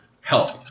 help